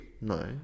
No